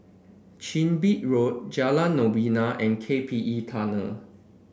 Chin Bee Road Jalan Novena and K P E Tunnel